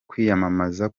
kwiyamamaza